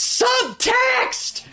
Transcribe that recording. subtext